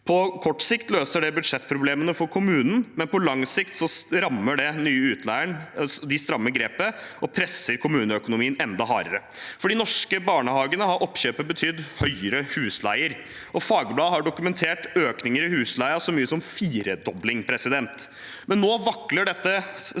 På kort sikt løser det budsjettproblemene for kommunen, men på lang sikt strammer den nye utleieren grepet og presser kommuneøkonomien enda hardere. For de norske barnehagene har oppkjøpet betydd høyere husleie, og Fagbladet har dokumentert økninger i husleien på så mye som en firedobling. Nå vakler det